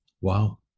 Wow